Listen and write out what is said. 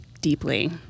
deeply